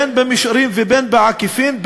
בין במישרין ובין בעקיפין,